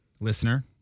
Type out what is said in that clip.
Listener